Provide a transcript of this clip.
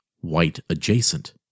white-adjacent